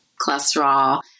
cholesterol